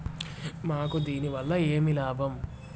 మాకు దీనివల్ల ఏమి లాభం